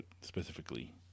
specifically